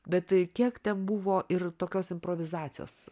bet kiek ten buvo ir tokios improvizacijos